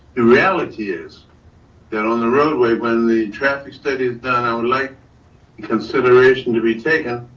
the reality is that on the roadway, when the traffic study is done, i would like consideration to be taken.